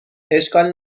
اشکال